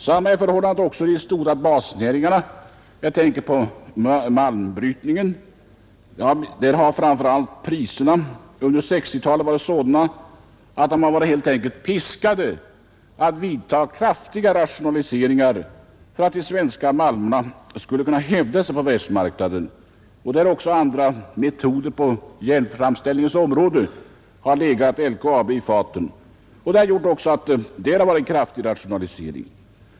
Samma är förhållandet också i de stora basnäringarna — jag tänker på malmbrytningen, där priserna framför allt under 1960-talet varit sådana att man helt enkelt varit piskad att göra kraftiga rationaliseringar för att de svenska malmerna skulle kunna hävda sig på världsmarknaden och där också andra metoder på järnframställningens område har legat LKAB i fatet; även det har lett till en kraftig rationalisering.